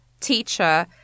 teacher